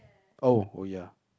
oh oh ya